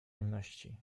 jemności